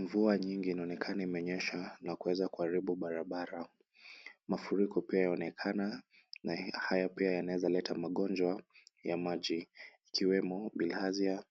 Mvua nyingi inaonekana imenyesha na kuweza kuharibu barabara. Mafuriko pia yaonekana na haya pia yanaweza leta magonjwa ya maji ikiwemo bilharzia,